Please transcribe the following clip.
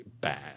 bad